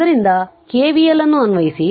ಆದ್ದರಿಂದ ಕೆವಿಎಲ್ ಅನ್ನು ಅನ್ವಯಿಸಿ